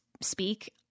speak